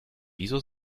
wieso